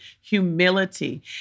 humility